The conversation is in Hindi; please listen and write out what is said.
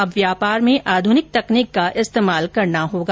अब व्यापार में आधुनिक तकनीक का इस्तेमाल करना होगा